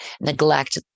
neglect